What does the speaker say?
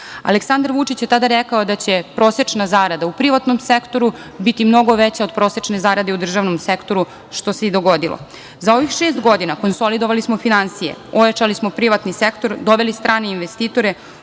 Aleksandar Vučić je tada rekao da će prosečna zarada u privatnom sektoru biti mnogo veća od prosečne zarade u državnom sektoru, što se i dogodilo.Za ovih šest godina konsolidovali smo finansije, ojačali smo privatni sektor, doveli strane investitore,